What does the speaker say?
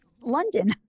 London